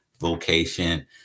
vocation